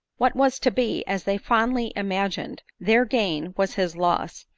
what was to be, as they fondly imagined, their gain, was his loss,